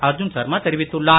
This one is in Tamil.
அர்ஜுன் சர்மா தெரிவித்துள்ளார்